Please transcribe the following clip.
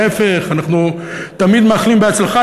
להפך, אנחנו תמיד מאחלים בהצלחה.